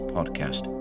Podcast